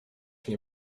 nie